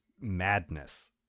madness